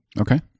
okay